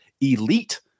elite